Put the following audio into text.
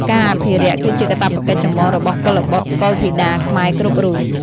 ការអភិរក្សគឺជាកាតព្វកិច្ចចម្បងរបស់កុលបុត្រកុលធីតាខ្មែរគ្រប់រូប។